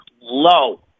low